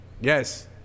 Yes